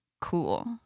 cool